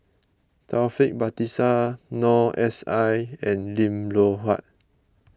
Taufik Batisah Noor S I and Lim Loh Huat